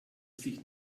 sich